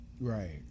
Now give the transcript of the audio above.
Right